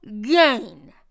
gain